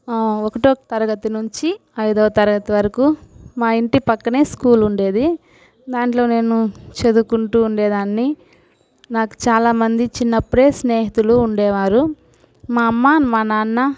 ఒకటో తరగతి నుంచి ఐదో తరగతి వరకు మా ఇంటి పక్కనే స్కూలుండేది దాంట్లో నేను చదువుకుంటూ ఉండేదాన్ని నాకు చాలా మంది చిన్నప్పుడే స్నేహితులు ఉండేవారు మా అమ్మ మా నాన్న